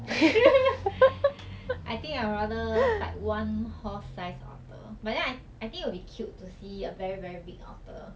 I think I'd rather fight one horsed size otter but then I I think it'll be cute to see a very very big otter